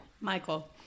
Michael